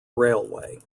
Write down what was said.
railway